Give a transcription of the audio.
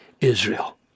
Israel